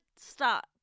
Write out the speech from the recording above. start